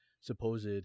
supposed